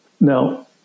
Now